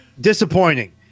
Disappointing